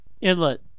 Inlet